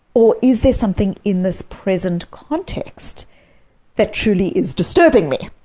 or is there something in this present context that truly is disturbing me?